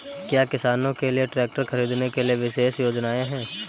क्या किसानों के लिए ट्रैक्टर खरीदने के लिए विशेष योजनाएं हैं?